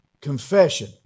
confession